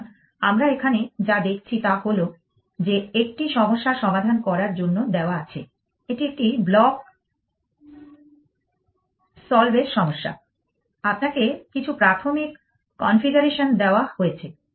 সুতরাং আমরা এখানে যা দেখছি তা হল যে একটি সমস্যা সমাধান করার জন্য দেওয়া আছে এটি একটি ব্লক সলভ এর সমস্যা আপনাকে কিছু প্রাথমিক কনফিগারেশন দেওয়া হয়েছে